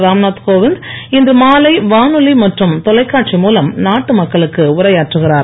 ராம்நாத் கோவிந்த் இன்று மாலை வானொலி மற்றும் தொலைக்காட்சி மூலம் நாட்டு மக்களுக்கு உரையாற்றுகிறார்